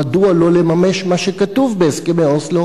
מדוע לא לממש מה שכתוב בהסכמי אוסלו